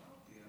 אמרתי,